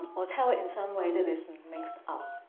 or tell it in some way that is mixed up?